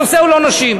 הנושא הוא לא נשים.